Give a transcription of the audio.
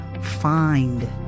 find